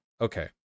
Okay